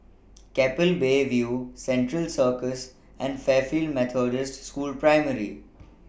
Keppel Bay View Central Circus and Fairfield Methodist School Primary